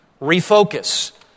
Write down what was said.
refocus